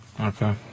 okay